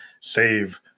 save